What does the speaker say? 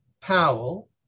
Powell